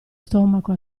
stomaco